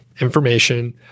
information